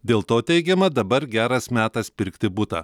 dėl to teigiama dabar geras metas pirkti butą